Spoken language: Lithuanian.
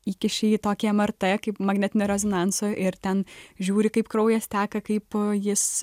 įkiši į tokį mrt kaip magnetinio rezonanso ir ten žiūri kaip kraujas teka kaip jis